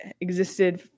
existed